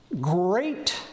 great